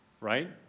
right